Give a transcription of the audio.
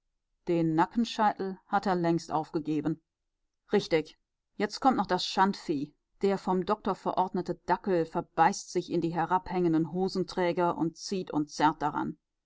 den nackenscheitel hat er längst aufgegeben richtig jetzt kommt noch das schandvieh der vom doktor verordnete dackel verbeißt sich in die herabhängenden hosenträger und zieht und zerrt daran